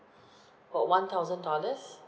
about one thousand dollars